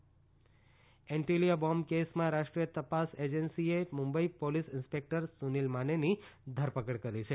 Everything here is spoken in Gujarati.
એનઆઈએ મુંબઇ એન્ટીલિયા બોમ્બ કેસમાં રાષ્ટ્રીય તપાસ એજન્સીએ મુંબઈ પોલીસ ઇન્સ્પેક્ટર સુનિલ માનેની ધરપકડ કરી છે